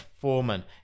Foreman